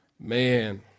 Man